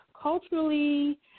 culturally